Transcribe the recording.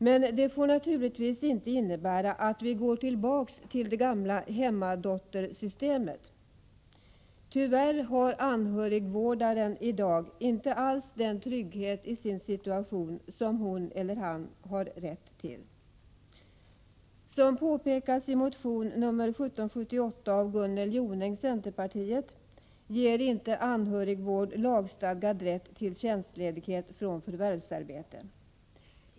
Men det får naturligtvis inte innebära att vi går tillbaks till det gamla hemmadottersystemet. Tyvärr har anhörigvårdaren i dag inte alls den trygghet i sin situation som hon eller han har rätt till. Som påpekas i motion nr 1778 av Gunnel Jonäng ger inte anhörigvård lagstadgad rätt till tjänstledighet från förvärvsarbete.